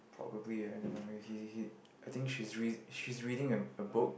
probably I don't know he he he I think she's re~ she is reading a a book